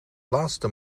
laatste